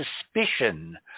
suspicion